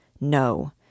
No